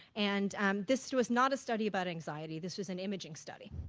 and this was not a study about anxiety, this was an imaging study.